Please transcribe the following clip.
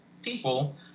people